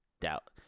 doubt